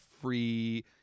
free